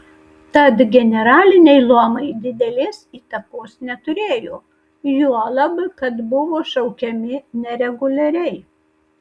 tad generaliniai luomai didelės įtakos neturėjo juolab kad buvo šaukiami nereguliariai